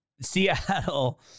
Seattle